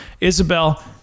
Isabel